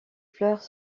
fleurs